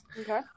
okay